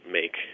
make